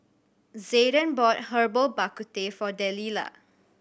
Zayden bought Herbal Bak Ku Teh for Delilah